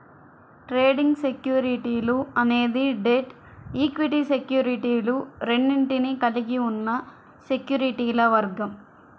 trading సెక్యూరిటీలు అనేది debt, equity సెక్యూరిటీలు రెండింటినీ కలిగి ఉన్న సెక్యూరిటీల వర్గం